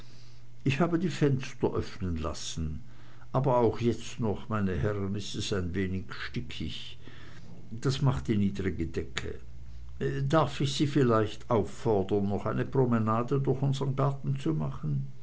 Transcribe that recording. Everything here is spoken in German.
ich habe die fenster öffnen lassen aber auch jetzt noch meine herren ist es ein wenig stickig das macht die niedrige decke darf ich sie vielleicht auffordern noch eine promenade durch unsern garten zu machen